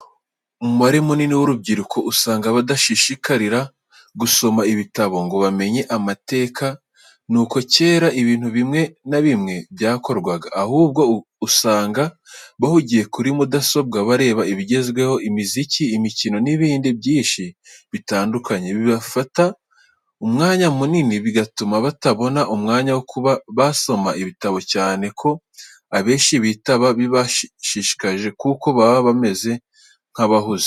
Umubare munini w'urubyiruko usanga badashishikarira gusoma ibitabo ngo bamenye amateka nuko cyera ibintu bimwe na bimwe byakorwaga, ahubwo usanga bahugiye kuri mudasobwa bareba ibigezweho, imiziki, imikino n'ibindi byinshi bitandukanye, bibafata umwanya munini bigatuma batabona umwanya wo kuba basoma ibitabo cyane ko abenshi bitaba bibashishikaje kuko baba bameze nk'abahuze.